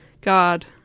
God